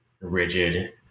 rigid